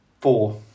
four